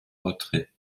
retrait